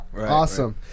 Awesome